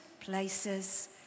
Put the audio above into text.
places